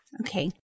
Okay